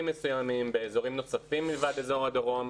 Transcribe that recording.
מסוימים באזורים נוספים מלבד אזור הדרום.